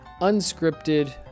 unscripted